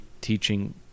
teaching